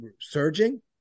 surging